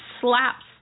slaps